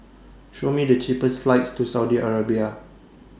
Show Me The cheapest flights to Saudi Arabia